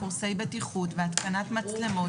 קורסי בטיחות והתקנת מצלמות.